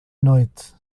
noite